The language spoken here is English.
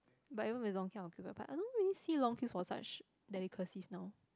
but even if its long queue I will queue but I don't really see long queues for such delicacies now